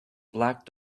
black